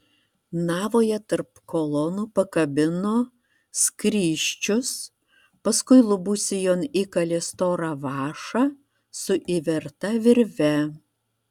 navoje tarp kolonų pakabino skrysčius paskui lubų sijon įkalė storą vąšą su įverta virve